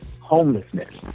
homelessness